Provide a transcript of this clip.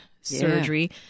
surgery